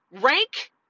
Rank